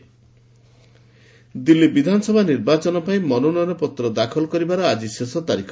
Delhi election Delhi ବିଧାନସଭା ନିର୍ବାଚନ ପାଇଁ ମନୋନୟନପତ୍ର ଦାଖଲ କରିବାର ଆଜି ଶେଷ ତାରିଖ